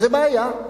זה בעיה.